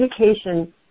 education